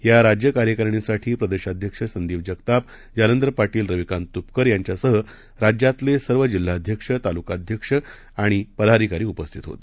याराज्यकार्यकारीणीसाठीप्रदेशाध्यक्षसंदीपजगताप जालंदरपाटील रविकांततुपकर यांच्यासहराज्यातलेसर्वजिल्हाध्यक्ष तालुकाध्यक्षआणिपदाधिकारीउपस्थितहोते